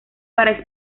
para